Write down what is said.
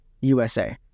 USA